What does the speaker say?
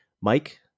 Mike